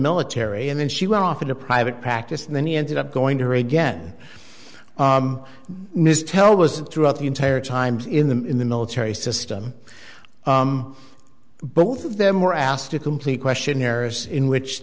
military and then she went off into private practice and then he ended up going to her again miss tel was throughout the entire times in the in the military system both of them were asked to complete questionnaires in which